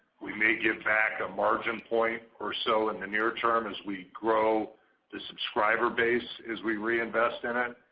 we may give back a margin point or so in the near term as we grow the subscriber base as we reinvest in it,